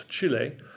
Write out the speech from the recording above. Chile